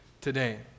today